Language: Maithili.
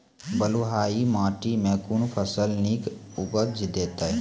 बलूआही माटि मे कून फसल नीक उपज देतै?